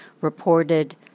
reported